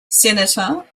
senator